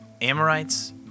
Amorites